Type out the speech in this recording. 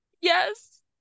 Yes